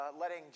letting